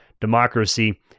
democracy